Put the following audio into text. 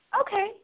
Okay